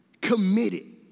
committed